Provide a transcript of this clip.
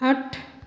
ਅੱਠ